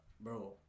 bro